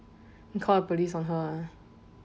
call the police on her ah